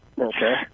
Okay